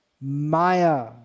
Maya